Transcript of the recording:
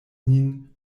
min